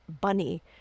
bunny